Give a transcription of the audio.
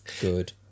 Good